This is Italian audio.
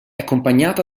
accompagnata